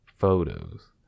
photos